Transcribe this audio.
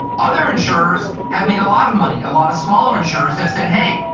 other insurers have made a lot of money, a lot of smaller insurers have said, hey,